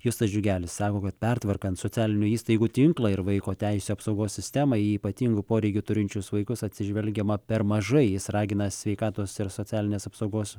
justas džiugelis sako kad pertvarkant socialinių įstaigų tinklą ir vaiko teisių apsaugos sistemą į ypatingų poreikių turinčius vaikus atsižvelgiama per mažai jis ragina sveikatos ir socialinės apsaugos